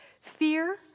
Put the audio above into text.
Fear